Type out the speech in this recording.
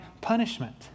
punishment